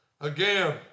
again